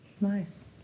Nice